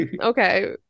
Okay